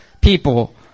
people